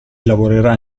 lavorerà